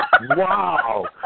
Wow